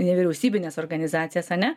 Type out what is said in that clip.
nevyriausybines organizacijas ane